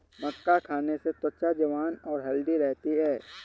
मक्का खाने से त्वचा जवान और हैल्दी रहती है